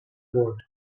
award